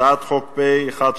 הצעת חוק פ/1663,